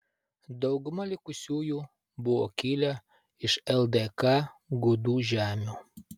dauguma likusiųjų buvo kilę iš ldk gudų žemių